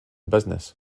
business